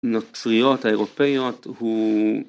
נוצריות, האירופאיות, הוא